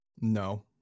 No